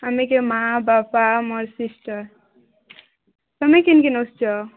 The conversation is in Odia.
ଆମେ କେ ମାଆ ବାପା ମୋର ସିଷ୍ଟର୍ ତମେ କିନ୍ କିନ୍ ଆସିଛ